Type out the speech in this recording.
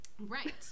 right